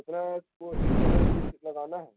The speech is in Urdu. کتنا اس کو ایریا میں بیچ لگانا ہے